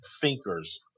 thinkers